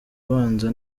ubanza